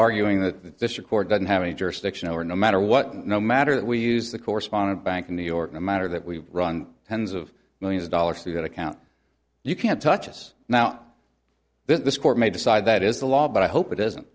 arguing that this record doesn't have any jurisdiction over no matter what no matter that we use the correspondent bank in new york no matter that we run tens of millions of dollars to that account you can't touch us now this court may decide that is the law but i hope it doesn't